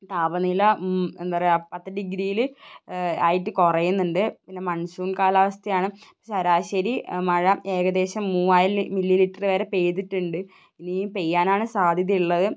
താപനില എന്താ പറയുക പത്ത് ഡിഗ്രിയിൽ ആയിട്ട് കുറയുന്നുണ്ട് പിന്നെ മൺസൂണ് കാലാവസ്ഥയാണ് ശരാശരി മഴ എകദേശം മൂവായിരം മില്ലിലിറ്റർ വരെ പെയ്തിട്ടുണ്ട് ഇനിയും പെയ്യാനാണ് സാധ്യത ഉള്ളത്